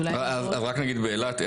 רק אגיד באילת,